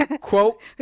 Quote